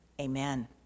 amen